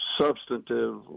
substantive